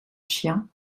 chien